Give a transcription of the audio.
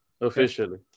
officially